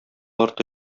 арты